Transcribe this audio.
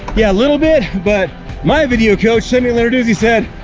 yeah, a little bit, but my video coach sent me a letter, dude, he said,